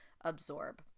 absorb